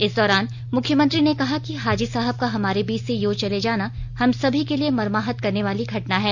इस दौरान मुख्यमंत्री ने कहा कि हाजी साहब का हमारे बीच से यों चले जाना हम सभी के लिए मर्माहत करने वाली घटना है